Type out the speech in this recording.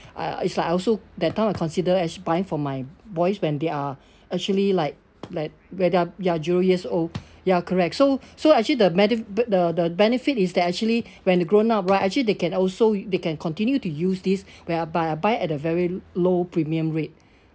uh it's like I also that time I consider actually buying for my boys when they are actually like like when they are are a few years old ya correct so so actually the medi~ the the benefit is that actually when they grow up right actually they can also they can continue to use this whereby uh buy at a very low premium rate